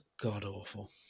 god-awful